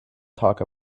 talk